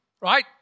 Right